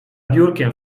biurkiem